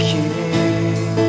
King